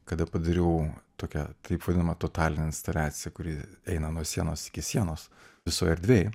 kada padariau tokią taip vadinamą totalinią instaliaciją kuri eina nuo sienos iki sienos visoj erdvėj